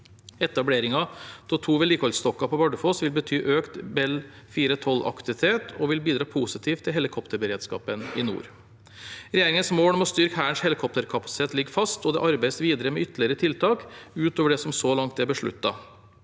Etableringen av to vedlikeholdsdokker på Bar dufoss vil bety økt Bell 412-aktivitet og vil bidra positivt til helikopterberedskapen i nord. Regjeringens mål om å styrke Hærens helikopterkapasitet ligger fast, og det arbeides videre med ytterligere tiltak utover det som så langt er besluttet.